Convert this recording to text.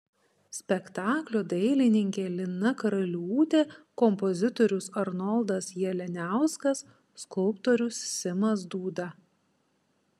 spektaklio dailininkė lina karaliūtė kompozitorius arnoldas jalianiauskas skulptorius simas dūda